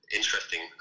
interesting